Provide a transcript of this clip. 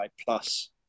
plus